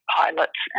pilots